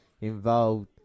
involved